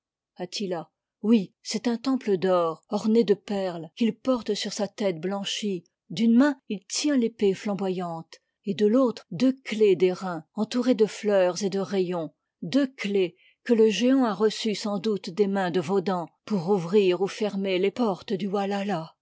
oui c'est un temple d'or orné de perles qu'il porte sur sa tête blanchie d'une main il tient l'épée flamboyante et de l'autre deux clefs d'airain entourées de fleurs et de rayons deux clefs que le géant a reçues sans doute des mains de wodan pour ouvrir ou fermer les portes de